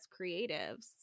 creatives